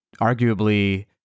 arguably